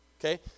Okay